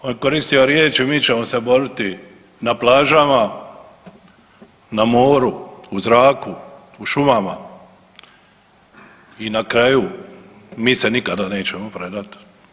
On je koristio riječi, mi ćemo se boriti na plažama, na moru, u zraku, u šumama i na kraju mi se nikada nećemo predat.